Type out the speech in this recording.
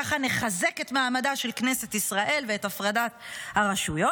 ככה נחזק את מעמדה של כנסת ישראל ואת הפרדת הרשויות.